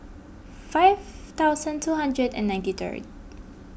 five thousand two hundred and ninety third